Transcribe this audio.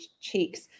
cheeks